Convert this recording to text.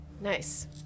Nice